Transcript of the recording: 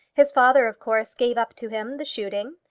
his father, of course, gave up to him the shooting,